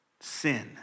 sin